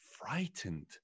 frightened